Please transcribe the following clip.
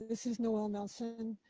this is noele nelson.